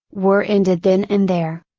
were ended then and there.